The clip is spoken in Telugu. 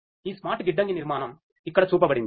ఈ స్మార్ట్ గిడ్డంగి నిర్మాణం ఇక్కడ చూపబడింది